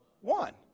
one